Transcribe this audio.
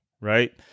right